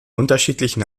unterschiedlichen